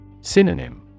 Synonym